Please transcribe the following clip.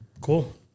Cool